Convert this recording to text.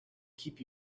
keep